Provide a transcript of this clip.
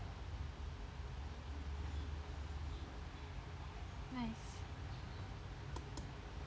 nice